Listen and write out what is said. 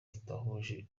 tudahuje